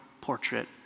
portrait